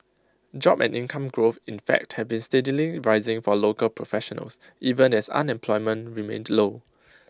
job and income growth in fact have been steadily rising for local professionals even as unemployment remained low